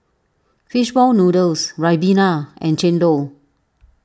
Fish Ball Noodles Ribena and Chendol